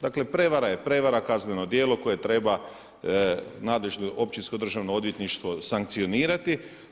Dakle prijevara je prijevara, kazneno djelo koje treba nadležno općinsko državno odvjetništvo sankcionirati.